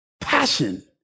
passion